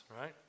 right